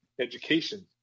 Education